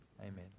Amen